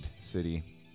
city